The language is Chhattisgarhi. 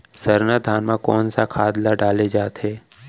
सरना धान म कोन सा खाद ला डाले जाथे?